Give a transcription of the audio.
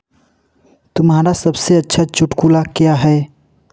तुम्हारा सबसे अच्छा चुटकुला क्या है